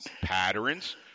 patterns